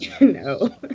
no